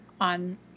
on